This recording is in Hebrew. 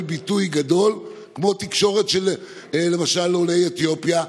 ביטוי גדול כמו התקשורת של עולי אתיופיה,